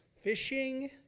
fishing